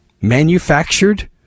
manufactured